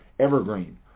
Evergreen